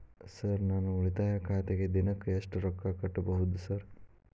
Sir ನಾನು ಉಳಿತಾಯ ಖಾತೆಗೆ ದಿನಕ್ಕ ಎಷ್ಟು ರೊಕ್ಕಾ ಕಟ್ಟುಬಹುದು ಸರ್?